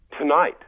Tonight